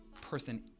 person